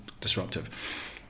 disruptive